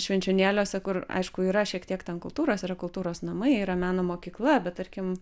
švenčionėliuose kur aišku yra šiek tiek ten kultūros yra kultūros namai yra meno mokykla bet tarkim